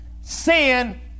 sin